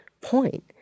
point